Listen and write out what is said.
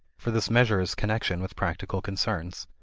for this measure is connection with practical concerns.